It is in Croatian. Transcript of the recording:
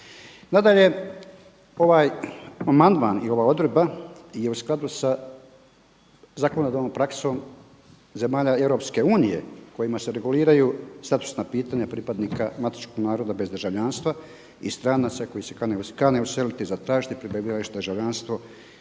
Nadalje, ovaj amandman i ova odredba je u skladu sa zakonodavnom praksom zemalja EU kojima se reguliraju statusna pitanja pripadnika matičnog naroda bez državljanstva i stranaca koji se kane useliti i zatražiti prebivalište i državljanstvo